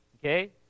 okay